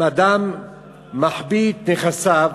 אם אדם מחביא את נכסיו,